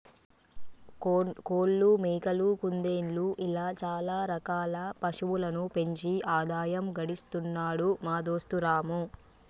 కోళ్లు మేకలు కుందేళ్లు ఇలా చాల రకాల పశువులను పెంచి ఆదాయం గడిస్తున్నాడు మా దోస్తు రాము